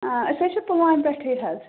آ أسۍ حظ چھِ پُلوامہِ پٮ۪ٹھٕے حظ